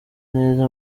neza